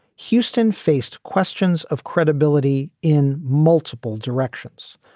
houston faced questions of credibility in multiple directions,